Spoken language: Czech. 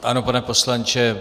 Ano, pane poslanče.